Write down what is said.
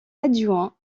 adjoint